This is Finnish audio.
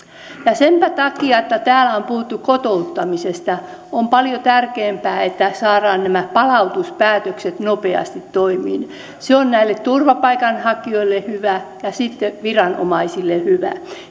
senpä takia kun täällä on puhuttu kotouttamisesta on paljon tärkeämpää että saadaan nämä palautuspäätökset nopeasti toimeen se on näille turvapaikanhakijoille hyvä ja sitten viranomaisille hyvä